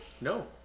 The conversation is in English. No